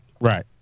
Right